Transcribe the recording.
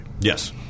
yes